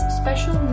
special